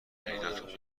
پیداتون